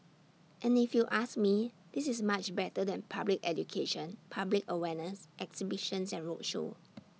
and if you ask me this is much better than public education public awareness exhibitions and roadshow